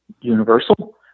universal